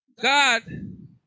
God